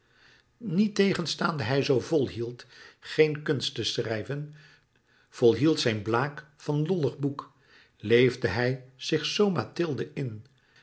niettegenstaande hij zoo volhield geen kunst louis couperus metamorfoze te schrijven volhield zijn blague van lollig boek leefde hij zich z mathilde in